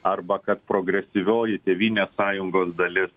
arba kad progresyvioji tėvynės sąjungos dalis